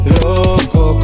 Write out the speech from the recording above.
loco